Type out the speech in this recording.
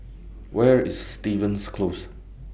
Where IS Stevens Close